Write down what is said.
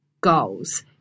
goals